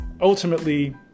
ultimately